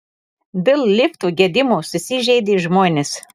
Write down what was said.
dėl liftų gedimų susižeidė žmonės